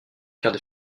quarts